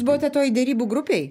buvote toj derybų grupėj